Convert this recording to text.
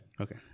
Okay